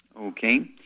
Okay